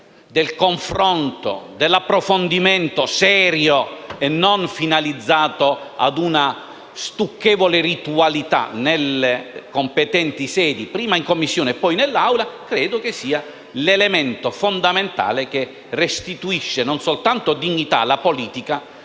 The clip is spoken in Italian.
del confronto, dell'approfondimento serio, e non finalizzato a una stucchevole ritualità nelle competenti sedi, prima in Commissione e poi nell'Aula, è un elemento fondamentale. Esso restituisce, non soltanto dignità alla politica,